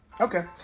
Okay